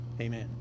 amen